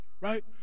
right